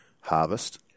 harvest